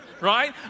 right